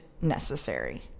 necessary